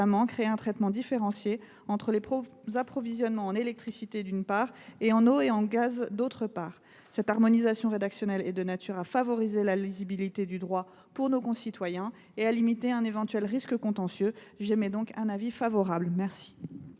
créé un traitement différencié entre les approvisionnements en électricité, d’une part, et en eau ou en gaz, d’autre part. Cette harmonisation rédactionnelle est de nature à favoriser la lisibilité du droit pour nos concitoyens et à limiter un éventuel risque contentieux. L’avis du Gouvernement